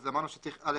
אז אמרנו שצריך א',